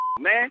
man